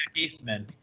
eastman.